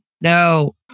No